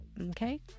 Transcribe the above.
Okay